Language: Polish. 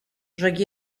rzekł